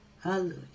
Hallelujah